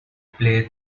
play